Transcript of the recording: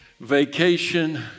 vacation